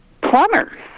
Plumbers